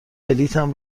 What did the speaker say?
بلیطم